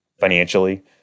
financially